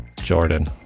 Jordan